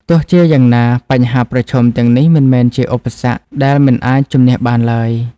ទោះជាយ៉ាងណា បញ្ហាប្រឈមទាំងនេះមិនមែនជាឧបសគ្គដែលមិនអាចជម្នះបានឡើយ។